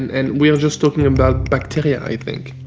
and we're just talking about bacteria i think.